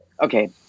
okay